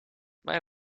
mijn